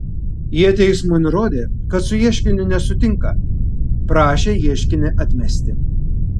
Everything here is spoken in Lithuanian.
jie teismui nurodė kad su ieškiniu nesutinka prašė ieškinį atmesti